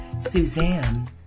Suzanne